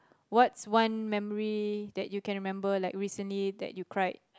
what's one memory that you can remember like recently that you cried